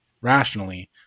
rationally